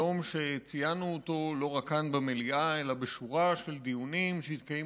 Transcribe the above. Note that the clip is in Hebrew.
יום שציינו אותו לא רק כאן במליאה אלא בשורה של דיונים שהתקיימו